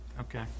Okay